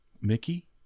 Mickey